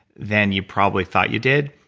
than you probably thought you did.